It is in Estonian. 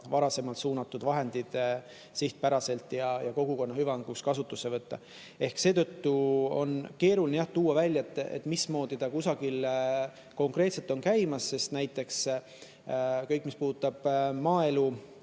varasemalt suunatud vahendid sihtpäraselt ja kogukonna hüvanguks kasutusse võtta. Seetõttu on keeruline välja tuua, mismoodi see kusagil konkreetselt käib, sest näiteks kõigega, mis puudutab maaelu